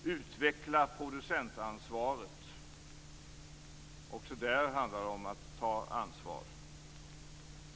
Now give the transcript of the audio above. och utveckla producentansvaret. Också där handlar det om att ta ansvar.